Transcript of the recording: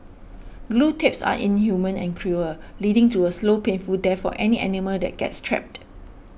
glue traps are inhumane and cruel leading to a slow painful death for any animal that gets trapped